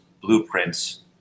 blueprints